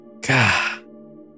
God